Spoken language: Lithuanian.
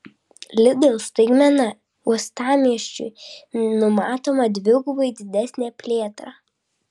lidl staigmena uostamiesčiui numatoma dvigubai didesnė plėtra